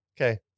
Okay